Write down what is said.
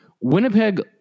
Winnipeg